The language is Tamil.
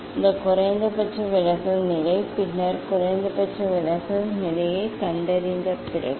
இது குறைந்தபட்ச விலகல் நிலை பின்னர் குறைந்தபட்ச விலகல் நிலையைக் கண்டறிந்த பிறகு